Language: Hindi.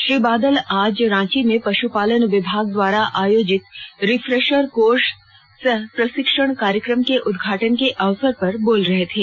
श्री बादल आज रांची में पश्पालन विभाग द्वारा आयोजित रिफ्रेशर कोर्स सह प्रशिक्षण कार्यक्रम के उदघाटन के अवसर पर बोल रहे थे